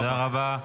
תודה רבה.